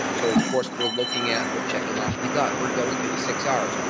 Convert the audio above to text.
so, of course, we're looking at we're checking off the gut, we're going to the six r's,